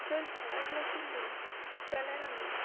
जर झाडांच नाशिल्लीं जाल्यार आमी